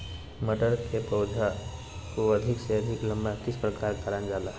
मटर के पौधा को अधिक से अधिक लंबा किस प्रकार कारण जाला?